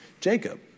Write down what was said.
Jacob